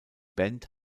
band